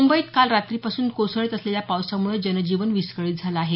मुंबईत काल रात्रीपासून कोसळत असलेल्या पावसामुळं जनजीवन विस्कळित झालं आहे